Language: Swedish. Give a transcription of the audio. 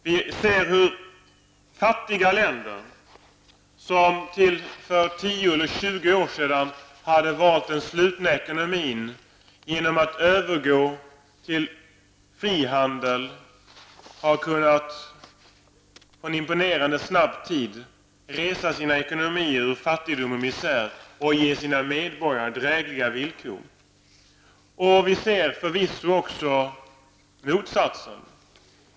Vi ser hur fattiga länder som till för 10--20 år sedan hade varit inom den slutna ekonomin genom att övergå till frihandeln på en imponerande kort tid kunnat resa sina ekonomier ur fattigdom och misär och kunnat ge sina medborgare drägliga villkor. Vi ser förvisso också motsatsen.